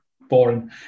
boring